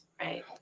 right